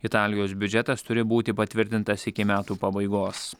italijos biudžetas turi būti patvirtintas iki metų pabaigos